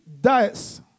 diets